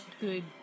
good